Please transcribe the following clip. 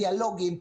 דיאלוגים,